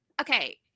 Okay